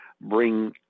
bring –